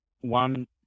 one